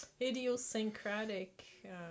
idiosyncratic